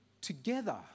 together